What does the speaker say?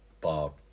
Bob